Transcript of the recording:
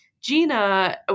Gina